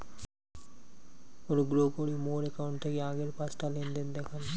অনুগ্রহ করি মোর অ্যাকাউন্ট থাকি আগের পাঁচটা লেনদেন দেখান